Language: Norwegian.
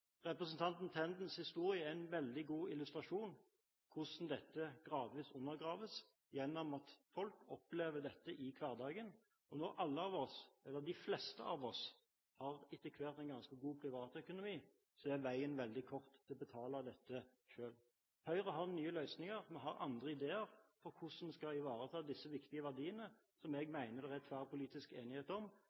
Representanten Tendens historie er en veldig god illustrasjon på hvordan dette gradvis undergraves gjennom at folk opplever dette i hverdagen. Når de fleste av oss etter hvert har en ganske god privatøkonomi, er veien veldig kort til å betale dette selv. Høyre har nye løsninger. Vi har andre ideer om hvordan en skal ivareta disse viktige verdiene, som jeg mener det er tverrpolitisk enighet om.